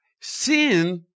sin